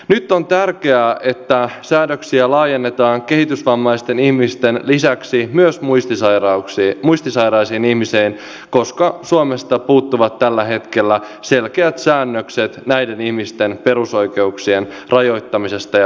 nyt on tärkeää että säädöksiä laajennetaan kehitysvammaisten ihmisten lisäksi myös muistisairaisiin ihmisiin koska suomesta puuttuvat tällä hetkellä selkeät säännökset näiden ihmisten perusoikeuksien rajoittamisesta ja vahvistamisesta